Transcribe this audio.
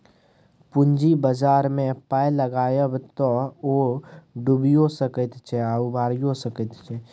पूंजी बाजारमे पाय लगायब तए ओ डुबियो सकैत छै आ उबारियौ सकैत छै